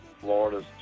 Florida's